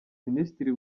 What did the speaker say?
minisitiri